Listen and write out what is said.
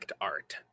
art